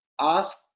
ask